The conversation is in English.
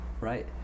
right